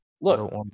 Look